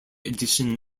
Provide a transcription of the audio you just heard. addition